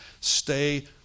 stay